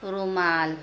रुमाल